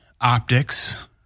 optics